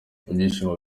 ibyishimo